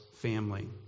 family